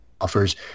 offers